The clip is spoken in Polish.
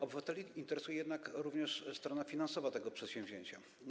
Obywateli interesuje również strona finansowa tego przedsięwzięcia.